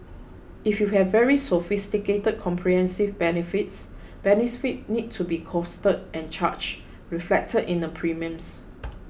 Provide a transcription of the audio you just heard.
if you have very sophisticated comprehensive benefits benefits need to be costed and charged reflected in the premiums